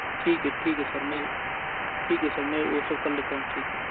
ठीक है ठीक है सर मैं ठीक है सर मैं ओ सब कर लेता हूँ ठीक है